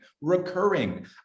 recurring